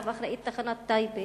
שעליו אחראית תחנת טייבה,